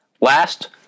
Last